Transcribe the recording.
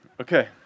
Okay